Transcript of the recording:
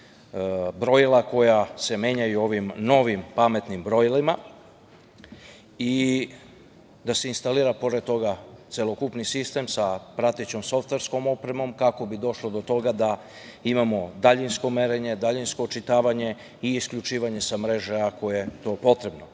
brojila koja se menjaju ovim novim pametnim brojilima i da se instalira, pored toga, celokupni sistem sa pratećom softverskom opremom kako bi došlo do toga da imamo daljinsko merenje, daljinsko očitavanje i isključivanje sa mreža ako je to potrebno. Ovde